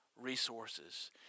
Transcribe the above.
Resources